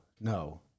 no